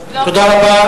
תתנגדו?